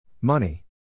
Money